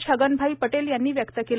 छगनभाई पटेल यांनी व्यक्त केले